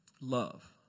Love